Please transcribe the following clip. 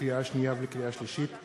לקריאה שנייה ולקריאה שלישית,